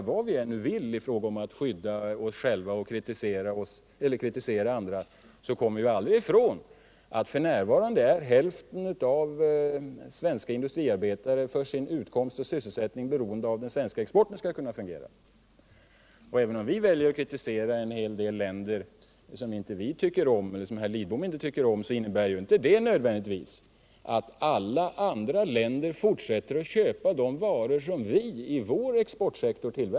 Vad vi än vill göra för att skydda oss själva och kunna kritisera andra, så kommer vi nämligen aldrig ifrån att hälften av de svenska industriarbetarna i dag för sin utkomst och sysselsättning är beroende av att den svenska exporten fungerar. Och även om vi väljer att kritisera en hel del länder som vi —eller herr Lidbom —- inte tycker om, så innebär det inte nödvändigtvis att alla andra länder fortsätter att köpa de varor som vi tillverkar i vår exportsektor.